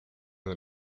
del